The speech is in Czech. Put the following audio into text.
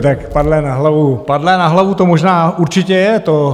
Tak padlé na hlavu padlé na hlavu to možná určitě je.